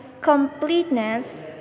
completeness